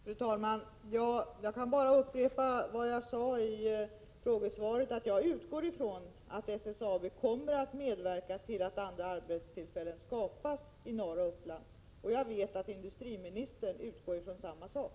Fru talman! Jag kan bara upprepa vad jag sade i frågesvaret att jag utgår från att SSAB kommer att medverka till att andra arbetstillfällen skapas i norra Uppland, och jag vet att industriministern också utgår från det.